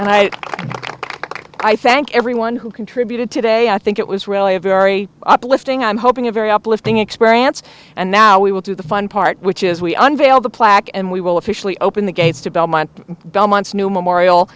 think i thank everyone who contributed today i think it was really a very uplifting i'm hoping a very uplifting experience and now we will do the fun part which is we unveil the plaque and we will officially open the gates to belmont belmont's new memorial